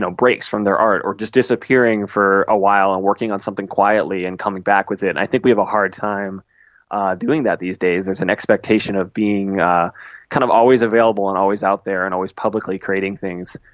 breaks from their art or just disappearing for a while and working on something quietly and coming back with it, and i think we have a hard time doing that these days. there's an expectation of being ah kind of always available and always out there and always publicly creating things.